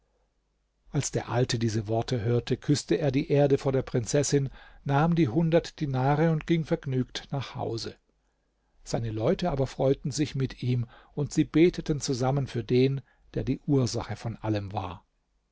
als der alte diese worte hörte küßte er die erde vor der prinzessin nahm die hundert dinare und ging vergnügt nach hause seine leute aber freuten sich mit ihm und sie beteten zusammen für den der die ursache von allem war